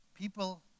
People